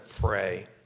pray